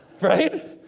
Right